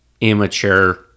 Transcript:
immature